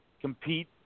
compete